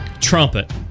Trumpet